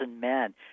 men